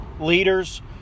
Leaders